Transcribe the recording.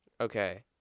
okay